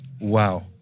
Wow